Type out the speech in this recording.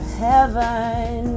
heaven